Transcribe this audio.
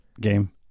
game